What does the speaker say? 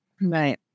Right